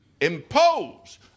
impose